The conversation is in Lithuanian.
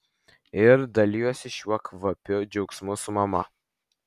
ir dalijuosi šiuo kvapiu džiaugsmu su mama